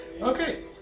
Okay